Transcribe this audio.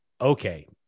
okay